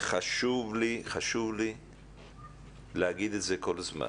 חשוב לי להגיד את זה כל הזמן.